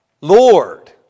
Lord